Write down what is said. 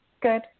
good